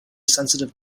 sensitive